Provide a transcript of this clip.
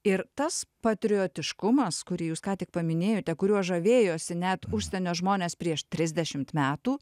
ir tas patriotiškumas kurį jūs ką tik paminėjote kuriuo žavėjosi net užsienio žmonės prieš trisdešimt metų